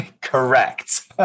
Correct